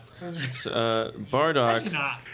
Bardock